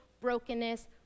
brokenness